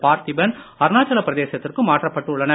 பார்த்திபன் அருணாச்சலப் பிரதேசத்திற்கும் மாற்றப்பட்டுள்ளனர்